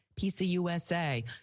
PCUSA